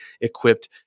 equipped